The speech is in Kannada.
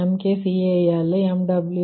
6 MkcalMWhr